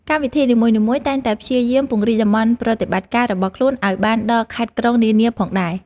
កម្មវិធីនីមួយៗតែងតែព្យាយាមពង្រីកតំបន់ប្រតិបត្តិការរបស់ខ្លួនឱ្យបានដល់ខេត្តក្រុងនានាផងដែរ។